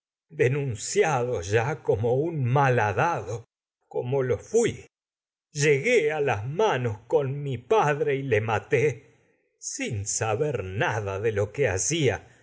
denunciado a ya como un malhadado como lo fui llegué las manos con mi padre y le maté sin saber nada de lo que hacia